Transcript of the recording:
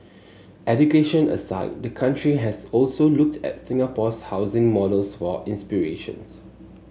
education aside the country has also looked at Singapore's housing models for inspirations